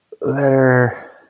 letter